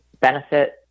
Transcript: benefit